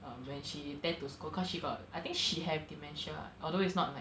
um when she tend to scold cause she got I think she has dementia although it's not like